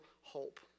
hope